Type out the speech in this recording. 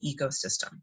ecosystem